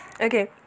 Okay